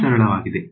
ತುಂಬಾ ಸರಳವಾಗಿದೆ